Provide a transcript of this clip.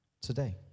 today